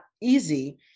easy